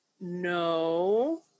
no